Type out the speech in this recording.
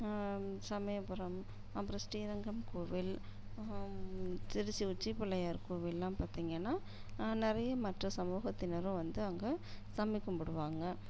இந்த சமயபுரம் அப்புறம் ஸ்ரீரங்கம் கோவில் திருச்சி உச்சி பிள்ளையார் கோவில்லாம் பார்த்தீங்கன்னா நிறைய மற்ற சமூகத்தினரும் வந்து அங்கே சாமி கும்பிடுவாங்க